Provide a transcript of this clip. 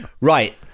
right